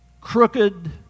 crooked